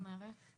מה זאת אומרת?